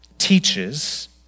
teaches